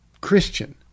Christian